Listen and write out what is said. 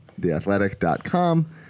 theathletic.com